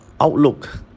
outlook